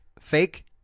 fake